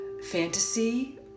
fantasy